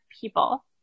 People